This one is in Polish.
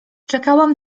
czekałam